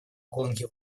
гонки